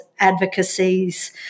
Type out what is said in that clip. advocacies